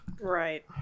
Right